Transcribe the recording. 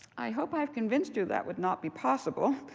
i hope i've convinced you that would not be possible,